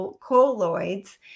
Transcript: colloids